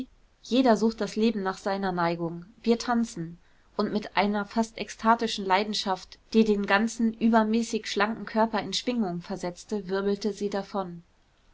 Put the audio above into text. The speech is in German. jeder sucht das leben nach seiner neigung wir tanzen und mit einer fast ekstatischen leidenschaft die den ganzen übermäßig schlanken körper in schwingung versetzte wirbelte sie davon